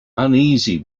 uneasy